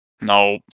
No